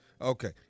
okay